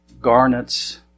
garnets